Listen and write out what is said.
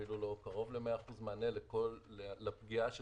אפילו לא קרוב ל-100% מענה לפגיעה של